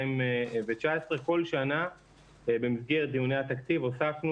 כל שנה במסגרת דיוני התקציב הוספנו